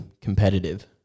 competitive